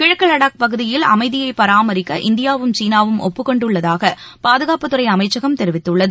கிழக்கு வடாக் பகுதியில் அமைதியை பராமரிக்க இந்தியாவும் சீனாவும் ஒப்புக்கொண்டுள்ளதாக பாதுகாப்புத்துறை அமைச்சகம் தெரிவித்துள்ளது